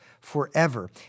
forever